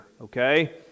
Okay